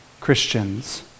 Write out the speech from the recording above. Christians